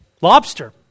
Lobster